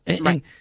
Right